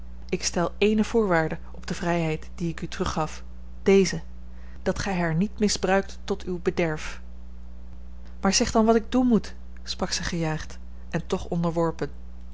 ik stel ééne voorwaarde op de vrijheid die ik u teruggaf deze dat gij haar niet misbruikt tot uw bederf maar zeg dan wat ik doen moet sprak zij gejaagd en toch onderworpen